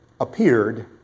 appeared